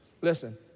Listen